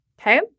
Okay